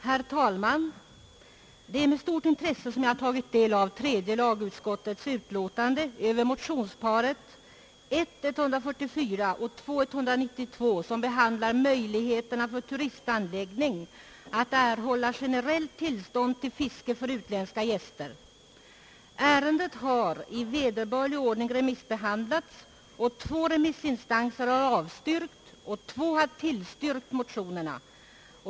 Herr talman! Med stort intresse har jag tagit del av tredje lagutskottets utlåtande över motionsparet I: 144 och II: 192, som behandlar möjligheterna för turistanläggning att erhålla generellt tillstånd till fiske för utländska gäster. Ärendet har i vederbörlig ordning remissbehandlats. Två remissinstanser har avstyrkt och två har tillstyrkt motionerna.